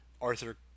Arthur